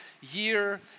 year